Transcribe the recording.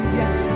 yes